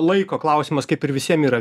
laiko klausimas kaip ir visiem yra